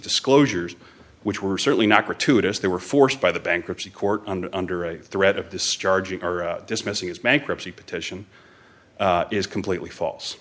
disclosures which were certainly not gratuitous they were forced by the bankruptcy court under under a threat of this charging dismissing its bankruptcy petition is completely false